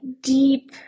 deep